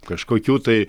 kažkokių tai